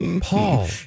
Paul